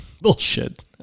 bullshit